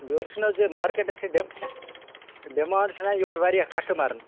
یورٕ چھِنہٕ حظ یہِ مارکٮ۪ٹَس چھِ ڈِم ڈیمانٛڈ چھِنا یورٕ وارایاہ کَسٹَٕمَرَن